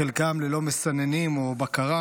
חלקם ללא מסננים או בקרה.